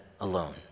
alone